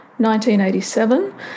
1987